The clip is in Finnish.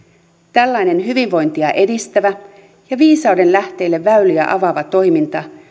tällainen hyvinvointia edistävä ja viisauden lähteille väyliä avaava toiminta